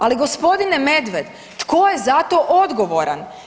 Ali gospodine Medved, tko je za to odgovoran?